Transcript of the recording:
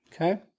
okay